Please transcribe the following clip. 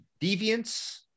deviance